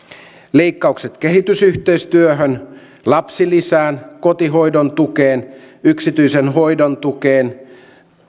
leikkaukset kehitysyhteistyöhön lapsilisään kotihoidon tukeen yksityisen hoidon tukeen